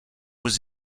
was